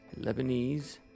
Lebanese